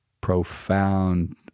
profound